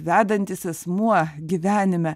vedantis asmuo gyvenime